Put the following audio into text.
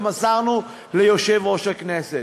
ומסרנו ליושב-ראש הכנסת.